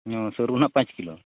ᱦᱮᱸ ᱥᱟᱹᱨᱩ ᱱᱟᱦᱟᱜ ᱯᱟᱸᱪ ᱠᱤᱞᱳ